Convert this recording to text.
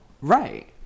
Right